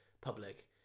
public